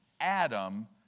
Adam